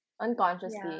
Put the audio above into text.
Unconsciously